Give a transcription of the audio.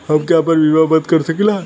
हमके आपन बीमा बन्द कर सकीला?